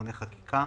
תיקוני חקיקה).